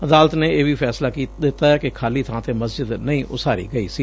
ਅਦਾਲਤ ਨੇ ਇਹ ਵੀ ਫੈਸਲਾ ਦਿੱਤੈ ਕਿ ਖਾਲੀ ਬਾਂ ਤੇ ਮਸਜਿਦ ਨਹੀਂ ਉਸਾਰੀ ਗਈ ਸੀ